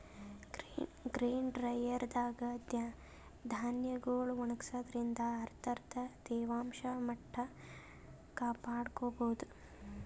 grain dryer ದಾಗ್ ಧಾನ್ಯಗೊಳ್ ಒಣಗಸಾದ್ರಿನ್ದ ಅದರ್ದ್ ತೇವಾಂಶ ಮಟ್ಟ್ ಕಾಪಾಡ್ಕೊಭೌದು